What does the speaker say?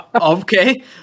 okay